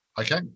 Okay